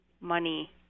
Money